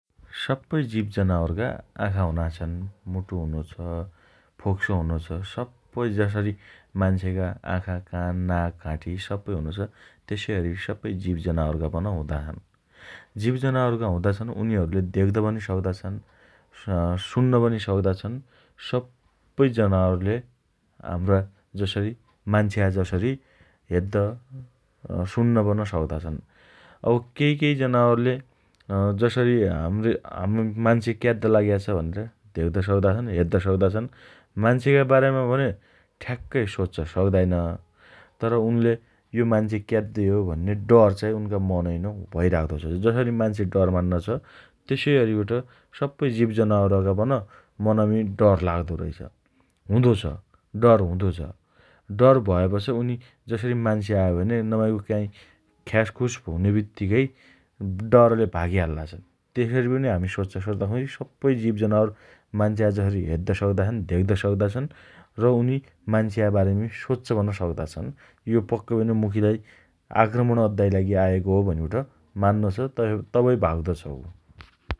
सप्पै जीवन जनावरका आँखा हुना छन् । मुटु हुनो छ । फोक्सो हुनोछ । सप्पै जसरी मान्छेका आँखा, कान, नाक, कान, घाँटी सब्बै हुनोछ । तसैअरी सप्पै जीव जनावरका पन हुँदा छन् । जीव जनावरका हुँदा छन् । उनीहरू धेग्द पन सक्ता छन् । अँ सुन्न पन सक्ता छन् । सप्पै जनावरले हाम्रा जसरी मान्छ्या जसरी हेद्द, अँ सुन्नपन सक्ता छन् । अब केही केही जनावरले अँ जहामी मान्छे क्याद्द लाग्या छ भनेर धेग्द सक्ता छन् । हेद्द सक्ता छन् । मान्छेका बारेमा ठ्याक्कै सोच्च सक्ताइन । तर, उनले यो मान्छे क्याद्दो हो भनी डर चाही उनका मनैनो भइराख्दो छ । जसरी मान्छे डर मान्नो छ त्यसै अरिबट सप्पै जीवजनावरका मनमी डर लाग्दो रैछ । हुँदो छ । डर हुँदो छ । डर भयापछि उनी जसरी मान्छे आयो भने नमाइको काहीँ ख्यासखुस हुने बित्तीकै डरले भागिहाल्ला छन् । त्यसरी पनि हामी सोच्च सक्दा छौँ की सप्पै जीव जनावर मान्छ्या जसरी हेद्द सक्ता छन् । धेग्द सक्ता छन् । र, उनी मान्छ्या बारेमी सोच्च पन सक्ता छन् । यो पक्कै पनि मुखीलाई आक्रमण अद्दाइ लागि आएको हो भनिबट मान्नो छ । तबै भाग्दो छ ।